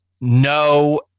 no